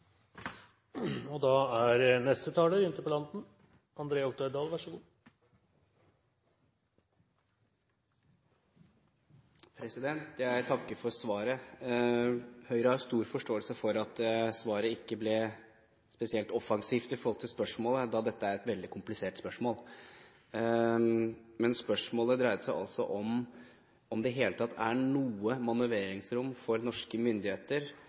Jeg takker for svaret. Høyre har stor forståelse for at svaret ikke ble spesielt offensivt i forhold til spørsmålet, da dette er et veldig komplisert spørsmål. Men spørsmålet dreide seg altså om det i det hele tatt er noe manøvreringsrom for norske myndigheter,